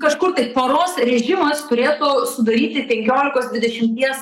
kažkur tai paros režimas turėtų sudaryti penkiolikos dvidešimties